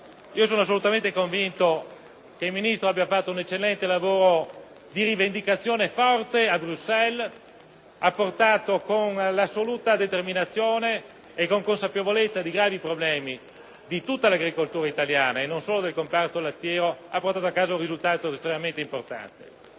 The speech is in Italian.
sono assolutamente convinto che il Ministro abbia fatto un eccellente lavoro di forte rivendicazione a Bruxelles. Con assoluta determinazione e con consapevolezza dei gravi problemi di tutta l'agricoltura italiana, non solo del comparto lattiero, ha portato a casa un risultato estremamente importante.